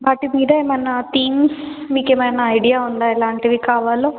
వాటి మీద ఏమైనా థీమ్స్ మీకు ఏమైనా ఐడియా ఉందా ఎలాంటివి కావాలో